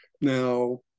now